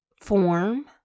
form